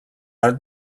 are